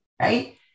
right